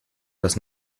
das